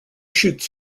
shoots